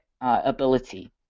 ability